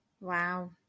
Wow